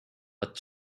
but